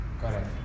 Correct